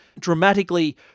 dramatically